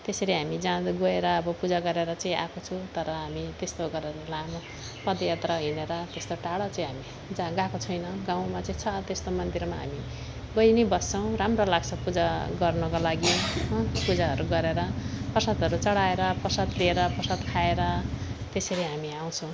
त्यसरी हामी जानु गएर अब पूजा गरेर चाहिँ आएको छु तर हामी त्यस्तो गरेर लामो पदयात्रा हिँडेर त्यस्तो टाढो चाहिँ हामी जा गाएको छैन गाउँमा चाहिँ छ त्यस्तो मन्दिरमा हामी गइ नै बस्छौँ राम्रो लाग्छ पूजा गर्नको लागि हो पूजाहरू गरेर प्रसादहरू चढाएर प्रसाद लिएर प्रसाद खाएर त्यसरी हामी आउँछौँ